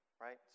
right